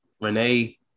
Renee